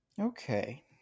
Okay